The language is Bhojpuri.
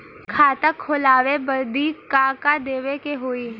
खाता खोलावे बदी का का देवे के होइ?